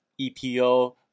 EPO